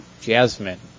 Jasmine